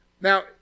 Now